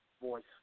voice